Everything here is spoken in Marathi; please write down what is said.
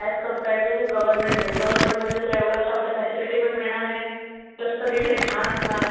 ॲज कंपेयर टू गवर्नमेंटमध्ये गवर्नमेंटमध्ये तुला एवढं चांगलं फॅसिलिटी पण मिळणार नाही प्लस सगळीकडे घाण असणार